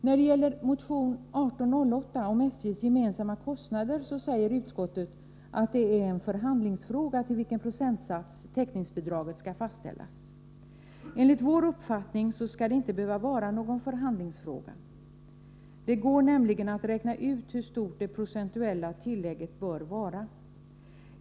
När det gäller motion 1808 om SJ:s gemensamma kostnader säger utskottet, att det är en förhandlingsfråga till vilken procentsats täckningsbidraget skall fastställas. Enligt vår uppfattning skall det inte behöva vara någon förhandlingsfråga. Det går nämligen att räkna ut hur stort det procentuella tillägget bör vara.